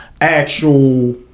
actual